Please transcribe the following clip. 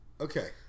okay